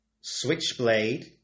Switchblade